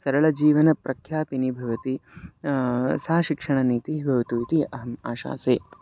सरलजीवन प्रख्यापिनिः भवति सा शिक्षणनीतिः भवतु इति अहम् आशासे